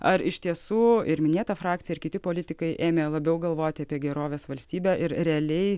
ar iš tiesų ir minėta frakcija ir kiti politikai ėmė labiau galvoti apie gerovės valstybę ir realiai